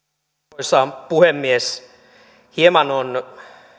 arvoisa puhemies hieman on